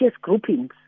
groupings